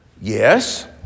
Yes